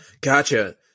Gotcha